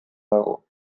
dago